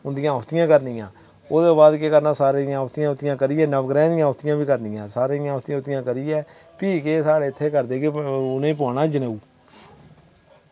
उंदियां आहुतियां करनियां ओह्दे बाद केह् करना सारें दियां आहुतियां अहुतियां करियै नवग्रहें दियां आहुतियां वी करनियां सारें दियां आहुतियां अहुतियां करियै फ्ही केह् साढ़े इत्थै केह् करदे कि उनें पौआना जनेऊ